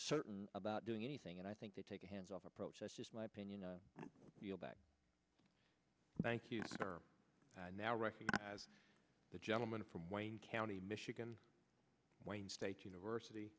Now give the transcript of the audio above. certain about doing anything and i think they take a hands off approach that's just my opinion we'll back thank you now recognize the gentleman from wayne county michigan wayne state university